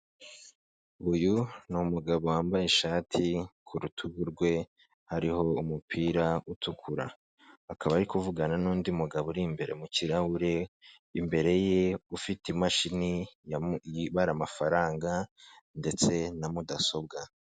Uyu ni umugabo wambaye ishati, ku rutugu rwe hariho umupira utukura. Akaba ari kuvugana n'undi mugabo uri imbere mu kirahure, imbere ye ufite imashini yabu ibara amafaranga, ndetse na mudasobwa.